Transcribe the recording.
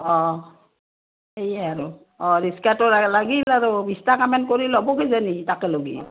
অঁ সেয়ে আৰু অঁ ৰিস্কাটো লাগিল আৰু